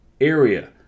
area